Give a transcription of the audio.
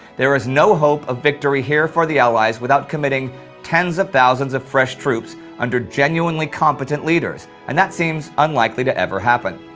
there is no hope of victory here for the allies without committing tens of thousands of fresh troops under genuinely competent leaders, and that seems unlikely to ever happen.